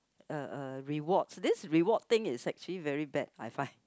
uh uh rewards this reward thing is actually very bad I find